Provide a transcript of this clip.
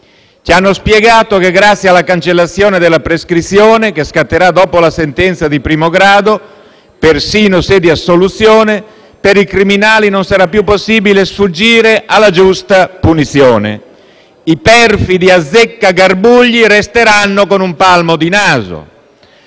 Ci hanno spiegato che, grazie alla cancellazione della prescrizione, che scatterà dopo la sentenza di primo grado, persino se di assoluzione, per i criminali non sarà più possibile sfuggire alla giusta punizione. I perfidi azzeccagarbugli resteranno con un palmo di naso: